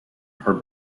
her